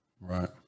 Right